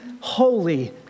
holy